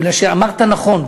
בגלל שאמרת נכון,